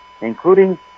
including